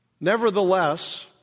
Nevertheless